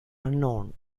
unknown